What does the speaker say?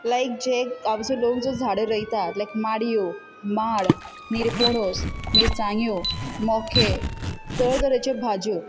लायक जे आमचो लोक जो झाडां रोयता लायक माड्यो माड निरपोणोस मिरसांग्यो मोके तरे तरेच्यो भाज्यो